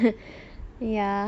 ya